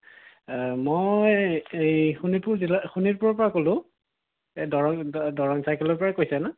মই এই এই শোণিতপুৰ জিলাৰ শোণিতপুৰৰ পৰা ক'লো এই দৰং দৰং চাইকেলৰ পৰা কৈছে ন'